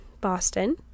Boston